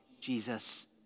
Jesus